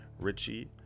Richie